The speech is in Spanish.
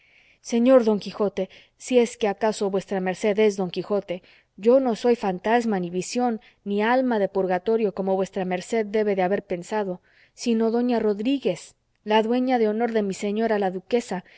señor don quijote si es que acaso vuestra merced es don quijote yo no soy fantasma ni visión ni alma de purgatorio como vuestra merced debe de haber pensado sino doña rodríguez la dueña de honor de mi señora la duquesa